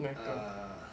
uh